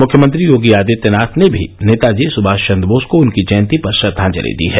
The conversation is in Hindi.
मुख्यमंत्री योगी ैआदित्यनाथ ने भी नेता जी सुभा चन्द्र बोस को उनकी जयंती पर श्रद्वांजलि दी है